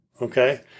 Okay